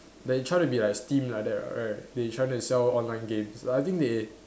they trying to be like steam like that right they trying to sell online games I think they